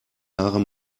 haare